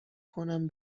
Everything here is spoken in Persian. کنم